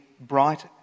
bright